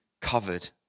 covered